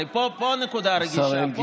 הרי פה הנקודה הרגישה,